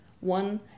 one